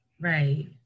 Right